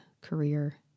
career